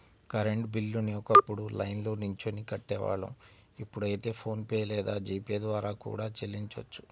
current బిల్లుని ఒకప్పుడు లైన్లో నిల్చొని కట్టేవాళ్ళం ఇప్పుడైతే ఫోన్ పే లేదా జీ పే ద్వారా కూడా చెల్లించొచ్చు